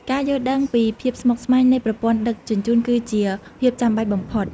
ការយល់ដឹងពីភាពស្មុគស្មាញនៃប្រព័ន្ធដឹកជញ្ជូន គឺជាភាពចាំបាច់បំផុត។